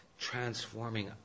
transforming